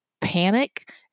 panic